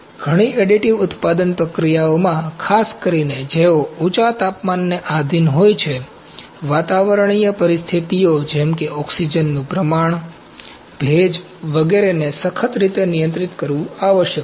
ઘણી એડિટિવ ઉત્પાદન પ્રક્રિયાઓમાં ખાસ કરીને જેઓ ઊંચા તાપમાનને આધિન હોય છે વાતાવરણીય પરિસ્થિતિઓ જેમ કે ઓક્સિજનનું પ્રમાણ ભેજ વગેરેને સખત રીતે નિયંત્રિત કરવું આવશ્યક છે